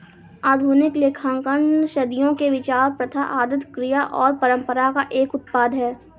आधुनिक लेखांकन सदियों के विचार, प्रथा, आदत, क्रिया और परंपरा का एक उत्पाद है